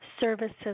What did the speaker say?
services